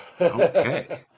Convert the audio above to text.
okay